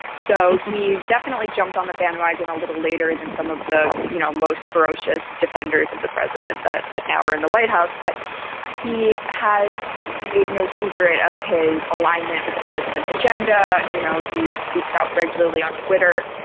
so he definitely jumped on the bandwagon a little later than some of the you know most ferocious defenders of the president. but now are in the white house. but he has made no secret of his alignment with the president's agenda. you know, he speaks out regularly on twitter,